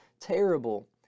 terrible